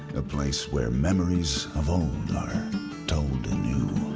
a place where memories of old are told in you